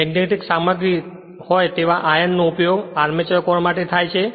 મેગ્નેટીકસામગ્રી હોય તેવા આયર્ન નો ઉપયોગ આર્મચર કોર માટે થાય છે